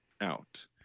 out